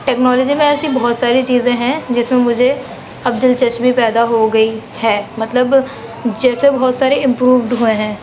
technology میں ایسی بہت ساری چیزیں ہیں جس میں مجھے اب دلچسپی پیدا ہو گئی ہے مطلب جیسے بہت سارے امپرووڈ ہوئے ہیں